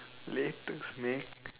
latest snack